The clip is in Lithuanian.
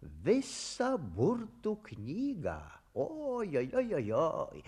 visą burtų knygą ojojojojoj